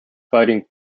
fighting